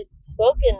spoken